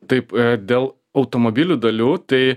taip dėl automobilių dalių tai